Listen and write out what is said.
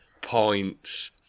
points